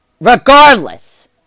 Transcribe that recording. regardless